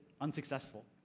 unsuccessful